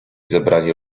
zebrani